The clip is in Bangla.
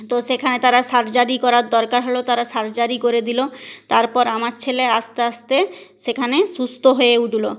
তো সেখানে তারা সার্জারি করার দরকার হলো তারা সার্জারি করে দিলো তারপর আমার ছেলে আস্তে আস্তে সেখানে সুস্থ হয়ে উঠলো